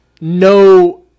no